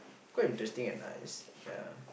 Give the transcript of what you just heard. quite interesting and nice ya